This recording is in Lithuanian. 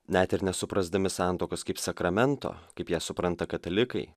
net ir nesuprasdami santuokos kaip sakramento kaip ją supranta katalikai